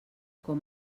com